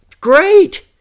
Great